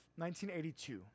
1982